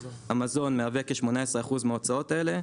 המזון מהווה כ-18% מההוצאות האלה,